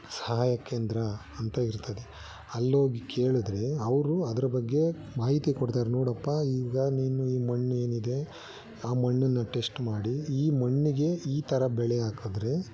ಸಹಾಯ ಕೇಂದ್ರ ಅಂತ ಇರ್ತದೆ ಅಲ್ಲೋಗಿ ಕೇಳಿದ್ರೆ ಅವರು ಅದ್ರ ಬಗ್ಗೆ ಮಾಹಿತಿ ಕೊಡ್ತಾರೆ ನೋಡಪ್ಪ ಈಗ ನೀನು ಈ ಮಣ್ಣೇನಿದೆ ಆ ಮಣ್ಣನ್ನು ಟೆಶ್ಟ್ ಮಾಡಿ ಈ ಮಣ್ಣಿಗೆ ಈ ಥರ ಬೆಳೆ ಹಾಕಿದ್ರೆ